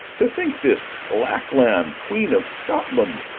to think this lackland queen of scotland,